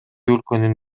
өлкөнүн